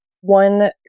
one